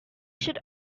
should